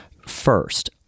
First